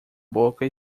boca